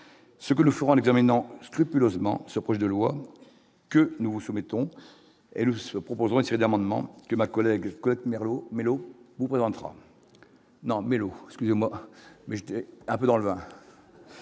ce que nous ferons les dominants scrupuleusement ce projet de loi que nous vous soumettons, elle se propose essayé d'amendements que ma collègue Colette Merlot mélo ou présentera non mélo, excusez-moi, mais j'étais un peu dans le Var.